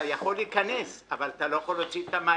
אתה יכול להיכנס אבל אתה לא יכול להוציא את המעלית.